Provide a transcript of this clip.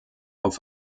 auf